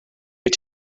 wyt